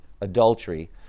adultery